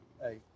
Hey